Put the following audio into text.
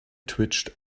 twitched